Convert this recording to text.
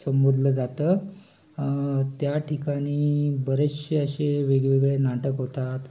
संबोधलं जातं त्या ठिकाणी बरेशसे असे वेगवेगळे नाटक होतात